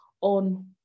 on